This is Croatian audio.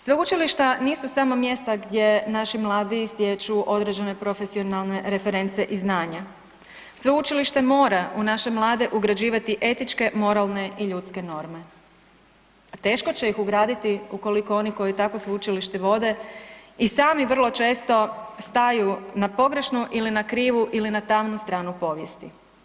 Sveučilišta nisu samo mjesta gdje naši mladi stječu određene profesionalne reference i znanja, sveučilište mora i naše mlade ugrađivati etičke, moralne i ljudske norme, a teško će ih ugraditi ukoliko oni koji takvo sveučilište vode i sami vrlo često staju na pogrešnu ili na krivu ili na tamnu stranu povijesti.